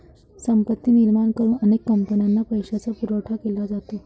संपत्ती निर्माण करून अनेक कंपन्यांना पैशाचा पुरवठा केला जातो